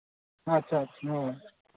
ᱟᱪᱪᱷᱟ ᱟᱪᱪᱷᱟ ᱦᱳᱭ